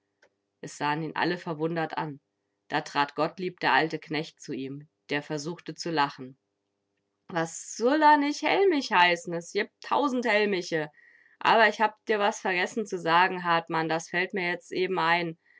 es sahen ihn alle verwundert an da trat gottlieb der alte knecht zu ihm der versuchte zu lachen was sull er nich hellmich heißen es gibt tausend hellmiche aber ich hab dir was vergessen zu sagen hartmann das fällt mir jetzt eben ein